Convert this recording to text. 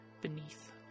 beneath